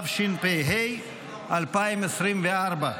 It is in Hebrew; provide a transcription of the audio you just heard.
התשפ"ה 2024,